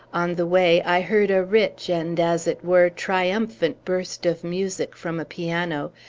on the way, i heard a rich, and, as it were, triumphant burst of music from a piano,